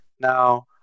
now